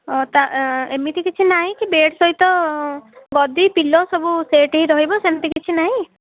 ହଉ ତ ଏମିତି କିଛି ନାହିଁକି ବେଡ଼୍ ସହିତ ଗଦି ପିଲୋ ସବୁ ସେଟ୍ ହେଇ ରହିବ ସେମିତି କିଛି ନାହିଁ